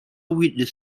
with